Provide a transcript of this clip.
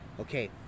okay